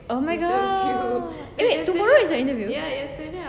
oh my god wait tomorrow is your interview